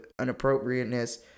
unappropriateness